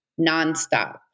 nonstop